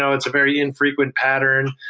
so it's a very infrequent pattern.